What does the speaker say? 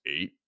eight